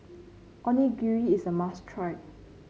onigiri is a must try